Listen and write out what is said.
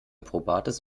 probates